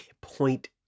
Point